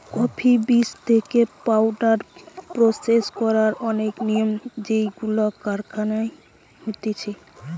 coffee বীজ থেকে powder process করার অনেক নিয়ম যেইগুলো কারখানায় হতিছে